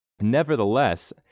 Nevertheless